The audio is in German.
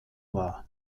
war